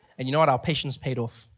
and you know what? our patients paid off,